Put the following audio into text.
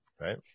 right